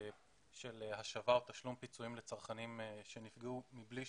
של השבה או תשלום פיצויים לצרכנים שנפגעו מבלי